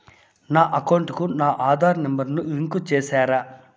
నా అకౌంట్ కు నా ఆధార్ నెంబర్ ను లింకు చేసారా